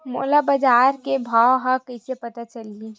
मोला बजार के भाव ह कइसे पता चलही?